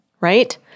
Right